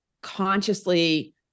consciously